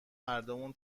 هردومون